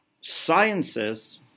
sciences